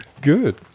Good